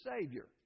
Savior